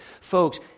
Folks